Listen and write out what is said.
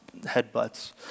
headbutts